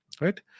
right